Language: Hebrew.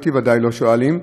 אותי ודאי לא שואלים,